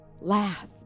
Laugh